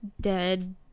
dead